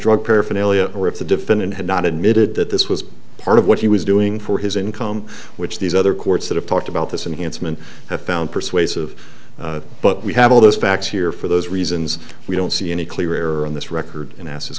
drug paraphernalia or if the defendant had not admitted that this was part of what he was doing for his income which these other courts that have talked about this and handsome and have found persuasive but we have all those facts here for those reasons we don't see any clear error on this record and ask